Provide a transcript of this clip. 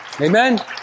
Amen